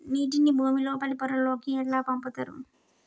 నీటిని భుమి లోపలి పొరలలోకి ఎట్లా పంపుతరు?